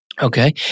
Okay